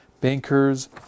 Bankers